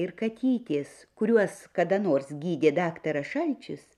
ir katytės kuriuos kada nors gydė daktaras šalčius